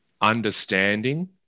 understanding